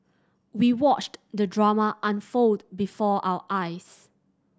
we watched the drama unfold before our eyes